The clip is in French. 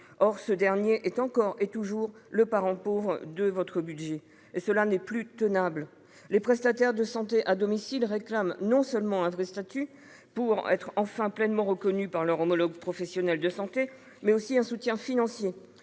Or cet aspect est encore et toujours le parent pauvre de votre budget. Cela n'est plus tenable. Les prestataires de santé à domicile réclament non seulement un vrai statut, pour être enfin pleinement reconnus par leurs homologues professionnels de santé, mais aussi un soutien financier.